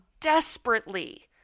desperately